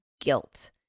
guilt